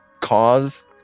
cause